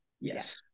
Yes